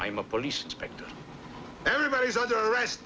i'm a police inspector everybody's under arrest